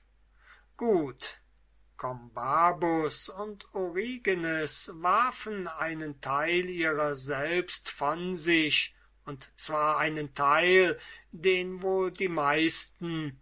gut combabus und origenes warfen einen teil ihrer selbst von sich und zwar einen teil den wohl die meisten